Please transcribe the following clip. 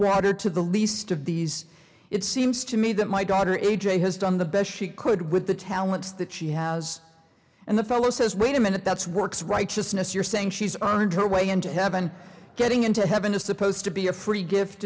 water to the least of these it seems to me that my daughter a j has done the best she could with the talents that she has and the fellow says wait a minute that's works righteousness you're saying she's on her way into heaven getting into heaven is supposed to be a free gift